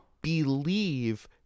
believe